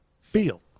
feel